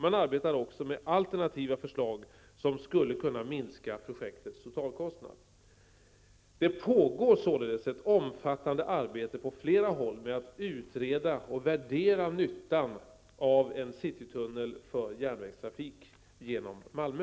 Man arbetar också med alternativa förslag som skulle kunna minska projektets totalkostnad. Det pågår således ett omfattande arbete på flera håll med att utreda och värdera nyttan av en citytunnel för järnvägstrafik genom Malmö.